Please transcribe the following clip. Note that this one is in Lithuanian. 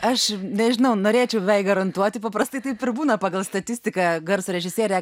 aš nežinau norėčiau beveik garantuoti paprastai taip ir būna pagal statistiką garso režisierė